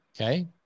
Okay